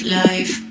life